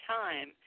time